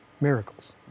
Miracles